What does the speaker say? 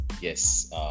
Yes